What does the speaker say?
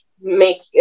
make